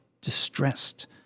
distressed